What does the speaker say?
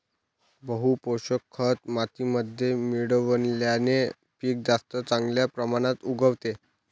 बहू पोषक खत मातीमध्ये मिळवल्याने पीक जास्त चांगल्या प्रमाणात उगवते